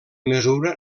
mesura